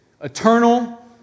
Eternal